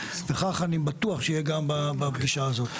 וכך אני בטוח שיהיה גם בפגישה הזו.